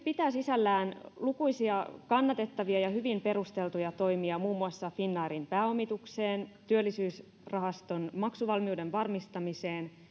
pitää sisällään lukuisia kannatettavia ja hyvin perusteltuja toimia muun muassa finnairin pääomitukseen työllisyysrahaston maksuvalmiuden varmistamiseen